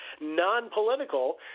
non-political